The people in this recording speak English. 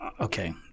Okay